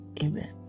Amen